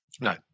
No